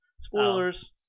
Spoilers